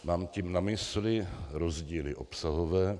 Mám tím na mysli rozdíly obsahové.